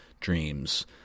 dreams